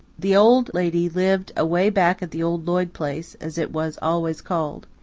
the old lady lived away back at the old lloyd place, as it was always called.